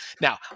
Now